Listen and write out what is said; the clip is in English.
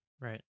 right